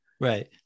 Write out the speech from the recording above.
Right